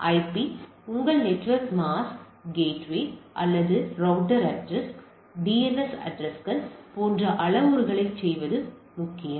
எனவே ஐபி உங்கள் network mask gateway அல்லது ரௌட்டர் அட்ரஸ் டிஎன்எஸ் அட்ரஸ்கள் போன்ற அளவுருக்களைச் சொல்வது முக்கியம்